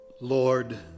Lord